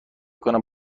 کنم